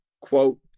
quote